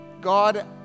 God